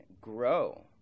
Grow